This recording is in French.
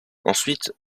ensuite